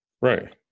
Right